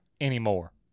anymore